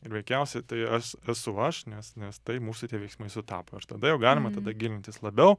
ir veikiausiai tai es esu aš nes nes tai mūsų tie veiksmai sutapo ir tada jau galima tada gilintis labiau